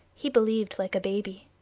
he believed like a baby.